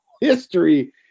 history